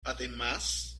además